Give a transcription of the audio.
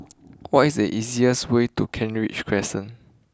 what is the easiest way to Kent Ridge Crescent